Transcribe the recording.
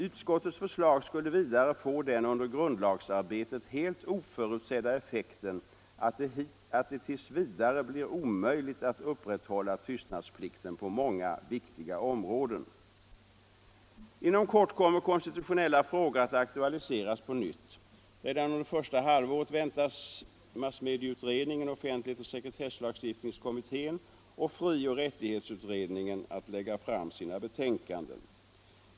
Utskottets förslag skulle vidare få den under grundlagsarbetet helt oförutsedda effekten att det t. v. blir omöjligt att upprätthålla tystnadsplikten på många viktiga områden. Inom kort kommer konstitutionella frågor att aktualiseras på nytt. Redan under första halvåret väntas massmedieutredningen, offentlighetsoch sekretesslagstiftningskommittén och frioch rättighetsutredningen lägga fram sina betänkanden.